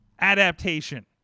adaptation